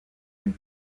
une